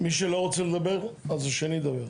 מי שלא רוצה לדבר אז השני ידבר.